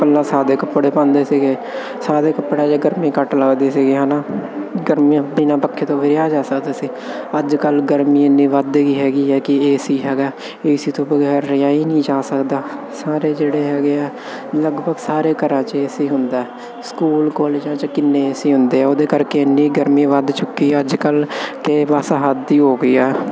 ਪਹਿਲਾਂ ਸਾਦੇ ਕੱਪੜੇ ਪਾਉਂਦੇ ਸੀਗੇ ਸਾਦੇ ਕੱਪੜਿਆਂ 'ਚ ਗਰਮੀ ਘੱਟ ਲੱਗਦੀ ਸੀਗੀ ਹੈ ਨਾ ਗਰਮੀਆਂ ਬਿਨ੍ਹਾਂ ਪੱਖੇ ਤੋਂ ਵੀ ਰਿਹਾ ਜਾ ਸਕਦਾ ਸੀ ਅੱਜ ਕੱਲ੍ਹ ਗਰਮੀ ਇੰਨੀ ਵੱਧ ਗਈ ਹੈਗੀ ਹੈ ਕਿ ਏ ਸੀ ਹੈਗਾ ਏ ਸੀ ਤੋਂ ਬਗੈਰ ਰਿਹਾ ਹੀ ਨਹੀਂ ਜਾ ਸਕਦਾ ਸਾਰੇ ਜਿਹੜੇ ਹੈਗੇ ਹੈ ਲਗਭਗ ਸਾਰੇ ਘਰਾਂ 'ਚ ਏ ਸੀ ਹੁੰਦਾ ਹੈ ਸਕੂਲ ਕਾਲਜਾਂ 'ਚ ਕਿੰਨੇ ਏ ਸੀ ਹੁੰਦੇ ਆ ਉਹਦੇ ਕਰਕੇ ਇੰਨੀ ਗਰਮੀ ਵੱਧ ਚੁੱਕੀ ਅੱਜ ਕੱਲ੍ਹ ਕਿ ਬਸ ਹੱਦ ਹੀ ਹੋ ਗਈ ਹੈ